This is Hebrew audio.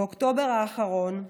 באוקטובר האחרון,